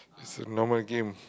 this a normal game